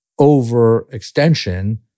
overextension